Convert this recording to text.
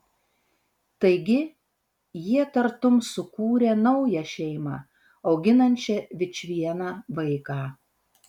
taigi jie tartum sukūrė naują šeimą auginančią vičvieną vaiką